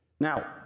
Now